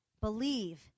believe